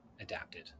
adapted